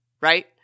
right